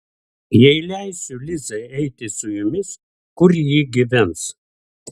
jei leisiu lizai eiti su jumis kur ji gyvens